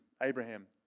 Abraham